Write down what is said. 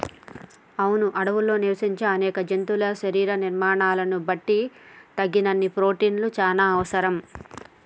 వును అడవుల్లో నివసించే అనేక జంతువుల శరీర నిర్మాణాలను బట్టి తగినన్ని ప్రోటిన్లు చానా అవసరం